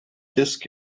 disk